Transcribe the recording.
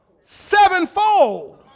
sevenfold